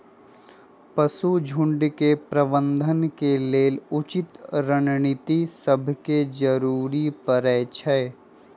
पशु झुण्ड के प्रबंधन के लेल उचित रणनीति सभके जरूरी परै छइ